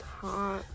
Hot